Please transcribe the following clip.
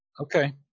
Okay